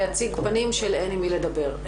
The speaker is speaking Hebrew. להציג פנים של אין עם מי לדבר.